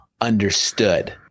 understood